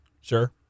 Sure